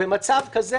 במצב כזה,